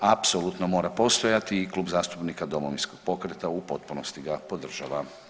Apsolutno mora postojati i Klub zastupnika Domovinskog pokreta u potpunosti ga podržava.